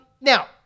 Now